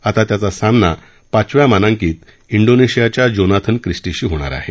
आता त्याचा सामना पाचव्या मानांकित इंडोनेशियाच्या जोनाथन क्रिस्टीशी होणार आहे